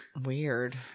Weird